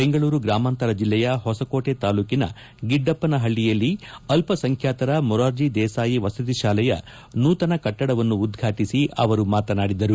ಬೆಂಗಳೂರು ಗ್ರಾಮಾಂತರ ಜಿಲ್ಲೆಯ ಹೊಸಕೋಟೆ ತಾಲ್ಲೂಕಿನ ಗಿಡ್ಡಪ್ಪನಪಳ್ಳಿಯಲ್ಲಿ ಅಲ್ಲಸಂಖ್ಯಾತರ ಮೊರಾರ್ಜಿ ದೇಸಾಯಿ ವಸತಿ ಶಾಲೆಯ ನೂತನ ಕಟ್ಟಡವನ್ನು ಉದ್ಘಾಟಿಸಿ ಅವರು ಮಾತನಾಡಿದರು